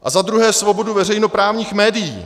A za druhé svobodu veřejnoprávních médií.